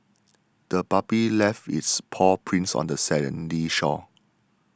the puppy left its paw prints on the sandy shore